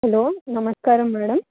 hello నమస్కారం madam